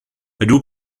ydw